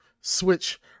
switch